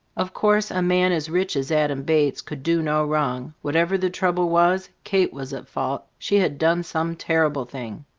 of course a man as rich as adam bates could do no wrong whatever the trouble was, kate was at fault, she had done some terrible thing.